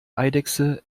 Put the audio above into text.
eidechse